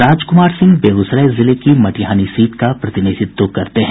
राजकुमार सिंह बेगूसराय जिले की मटिहानी सीट का प्रतिनिधित्व करते हैं